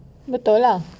betul lah